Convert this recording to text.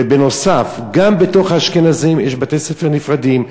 ונוסף על כך, גם בתוך האשכנזים יש בתי-ספר נפרדים: